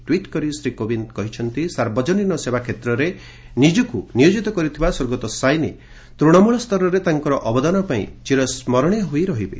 tweet କରି ଶ୍ରୀ କୋବିନ୍ଦ କହିଛନ୍ତି ସାର୍ବଜନୀନ ସେବା କ୍ଷେତ୍ରରେ ନିଜକୁ ନିୟୋଜିତ କରିଥିବା ସ୍ୱର୍ଗତ ସାଇନି ତୂଣମୂଳସ୍ତରରେ ତାଙ୍କର ଅବଦାନ ପାଇଁ ସବୁଦିନ ସ୍କରଣୀୟ ରହିବେ